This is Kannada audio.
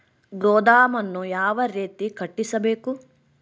ಗೋದಾಮನ್ನು ಯಾವ ರೇತಿ ಕಟ್ಟಿಸಬೇಕು?